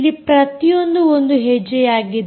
ಇಲ್ಲಿ ಪ್ರತಿಯೊಂದು ಒಂದು ಹೆಜ್ಜೆಯಾಗಿದೆ